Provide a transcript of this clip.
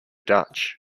dutch